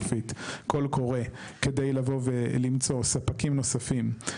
קול קורא כדי לבוא ולמצוא ספקים נוספים.